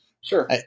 Sure